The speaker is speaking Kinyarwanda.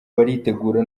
baritegura